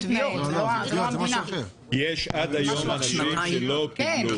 יש עד היום אנשים שלא קיבלו.